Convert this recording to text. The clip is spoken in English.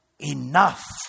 enough